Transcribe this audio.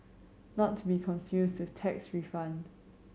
not to be confused with tax refund